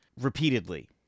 repeatedly